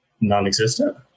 non-existent